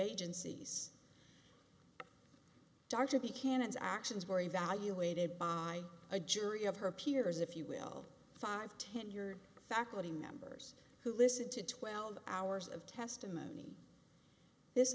its actions were evaluated by a jury of her peers if you will five tenured faculty members who listened to twelve hours of testimony